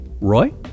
Roy